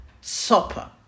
supper